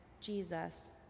Jesus